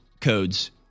codes